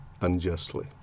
unjustly